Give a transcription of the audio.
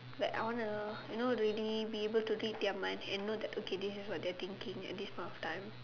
like I wanna you know already be able to read their mind and know that okay this is what they are thinking at this point of time